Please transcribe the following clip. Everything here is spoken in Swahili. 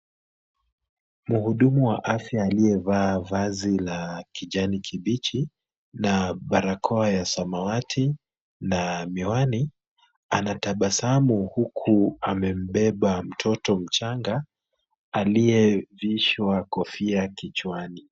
Muhudumu wa afya aliyevaa vazi la kijani kibichi na barakoa ya samawati na miwani, anatabasamu huku amembeba mtoto mchanga aliyevishwa kofia kichwani.